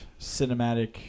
cinematic